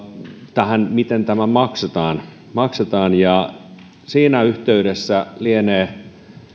siihen miten tämä maksetaan maksetaan ja siinä yhteydessä lienee